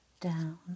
down